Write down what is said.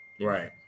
right